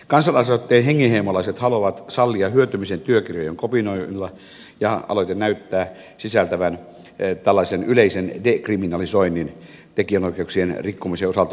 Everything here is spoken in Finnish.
kansalaisaloitteen hengenheimolaiset haluavat sallia hyötymisen työkirjojen kopioinnilla ja aloite näyttää sisältävän tällaisen yleisen dekriminalisoinnin tekijänoikeuksien rikkomisen osalta opetus ja tutkimuskäytössä